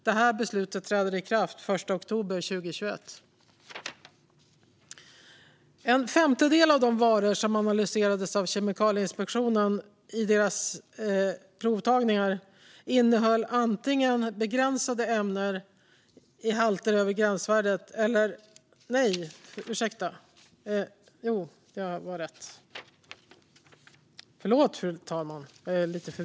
Detta beslut träder i kraft den 1 oktober 2021.